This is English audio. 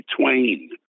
Twain